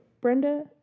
Brenda